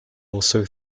also